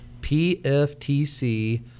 pftc